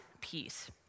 peace